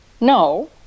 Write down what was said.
No